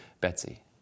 Betsy